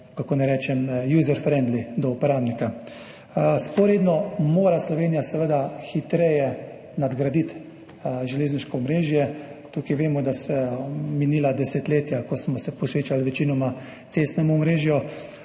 kako naj rečem? – user-friendly, prijazna do uporabnika. Vzporedno mora Slovenija seveda hitreje nadgraditi železniško omrežje. Tukaj vemo, da so minila desetletja, ko smo se posvečali večinoma cestnemu omrežju